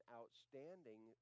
outstanding